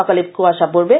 সকালে কুয়াশা পডবে